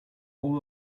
all